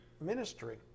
ministry